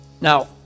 Now